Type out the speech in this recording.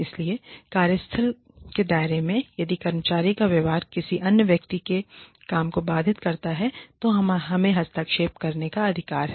इसलिए कार्यस्थल के दायरे में यदि कर्मचारी का व्यवहार किसी अन्य व्यक्ति के काम को बाधित करता है तो हमें हस्तक्षेप करने का अधिकार है